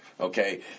okay